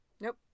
Nope